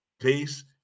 Peace